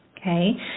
Okay